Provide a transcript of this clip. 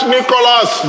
Nicholas